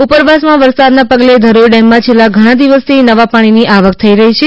Dharoi dam ઉપરવાસમાં વરસાદના પગલે ધરોઇ ડેમમાં છેલ્લા ઘણા દિવસથી નવા પાણીની આવક થઇ રહી છે